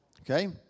Okay